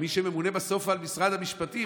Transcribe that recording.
כמי שממונה בסוף על משרד המשפטים,